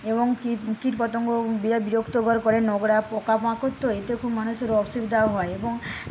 এবং কীট কীটপতঙ্গ বিরাট বিরক্তকর করে নোংরা পোকামাকর তো এতে খুব মানুষের অসুবিধাও হয় এবং